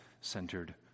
centered